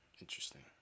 Interesting